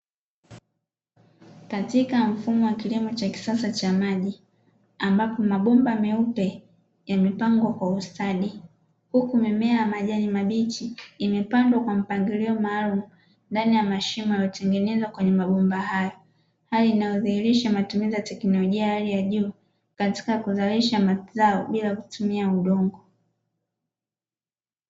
Katika mfumo wa kilimo cha kisasa cha maji ,ambapo mabomba meupe yamepangwa kwa ustadi huku mimea majani mabichi imepandwa kwa mpangilio maalum ndani ya mashimo yatengeneza kwenye mabomba hayo hali inayodhihirisha matumizi ya teknolojia hali ya juu katika kuzalisha mazao bila kutumia udongo.